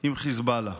עם חיזבאללה,